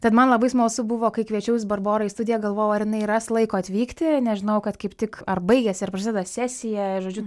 tad man labai smalsu buvo kai kviečiaus barborą į studiją galvojau ar jinai ras laiko atvykti nežinojau kad kaip tik ar baigiasi ar prasideda sesija žodžiu